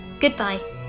Goodbye